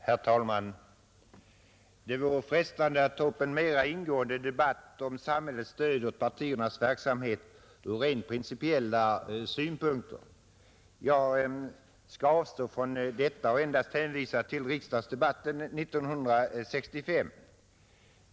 Herr talman! Det vore frestande att ta upp en mera ingående debatt om samhällets stöd åt partiernas verksamhet ur rent principiella synpunkter. Jag skall avstå från detta och endast hänvisa till riksdagsdebatten 1965.